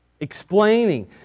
explaining